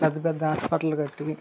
పెద్ద పెద్ద హాస్పిటల్లు కట్టి